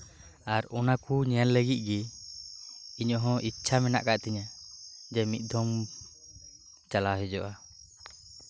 ᱟᱨ ᱚᱱᱟ ᱠᱚ ᱧᱮᱞ ᱞᱟᱹᱜᱤᱫ ᱜᱮ ᱤᱧᱟᱹᱜ ᱦᱚ ᱤᱪᱪᱷᱟᱹ ᱢᱮᱱᱟᱜ ᱟᱠᱟᱫ ᱛᱤᱧᱟᱹ ᱢᱤᱫ ᱫᱚᱢ ᱪᱟᱞᱟᱣ ᱦᱤᱡᱩᱜᱼᱟ